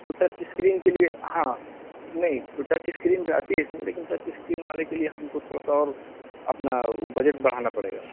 تو touch screen کے لیے ہاں نہیں تو ٹچ اسکرین بھی آتی ہے اس میں لیکن ٹچ اسکرین والے کے لیے ہم کو تھوڑا سا اور اپنا بجٹ بڑھانا پڑے گا